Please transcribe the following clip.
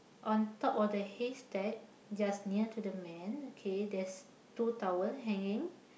on top of the haystack just near to the man okay there's two towel hanging